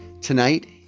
Tonight